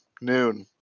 noon